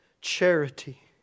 charity